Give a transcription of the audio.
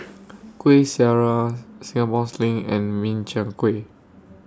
Kuih Syara Singapore Sling and Min Chiang Kueh